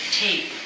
tape